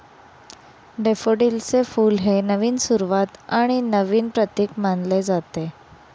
डॅफोडिलचे फुल हे नवीन सुरुवात आणि नवीन प्रतीक मानले जाते